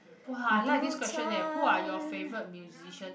!whoa! I like this question eh who are your favourite musician